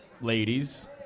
ladies